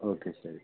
okay ಸರಿ